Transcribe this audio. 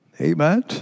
Amen